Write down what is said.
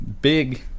big